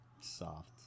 soft